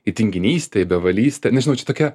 į tinginystę į bevalystę nežinau čia tokia